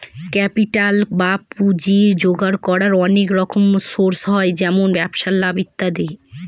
capital বা পুঁজি জোগাড় করার অনেক রকম সোর্স হয় যেমন ব্যবসায় লাভ ইত্যাদি